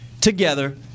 together